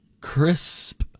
Crisp